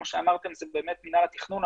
כמו שאמרתם זה באמת מינהל התכנון,